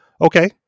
Okay